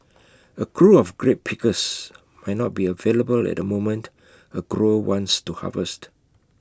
A crew of grape pickers might not be available at the moment A grower wants to harvest